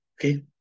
okay